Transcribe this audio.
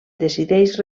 decideix